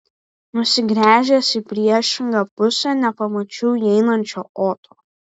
nusigręžęs į priešingą pusę nepamačiau įeinančio oto